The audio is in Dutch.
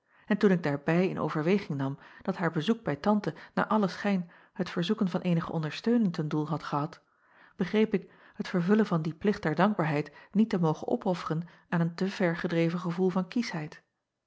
en toen ik daarbij in overweging nam dat haar bezoek bij ante naar allen schijn het verzoeken van eenige ondersteuning ten doel had gehad begreep ik het vervullen van dien plicht der dankbaarheid niet te mogen opofferen aan een te ver gedreven gevoel van